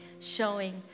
showing